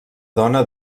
dona